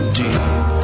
deep